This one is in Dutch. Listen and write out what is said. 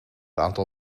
aantal